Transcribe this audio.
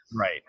Right